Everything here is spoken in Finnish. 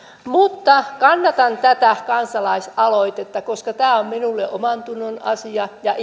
mutta kannatan tätä kansalaisaloitetta koska tämä on minulle omantunnon asia ja